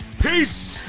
peace